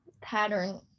pattern